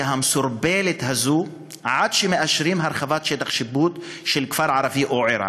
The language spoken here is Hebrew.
מסורבלת עד שמאשרים שטח שיפוט של כפר ערבי או עיר ערבית.